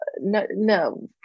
no